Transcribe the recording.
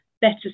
better